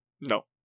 No